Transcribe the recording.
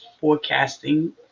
forecasting